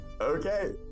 Okay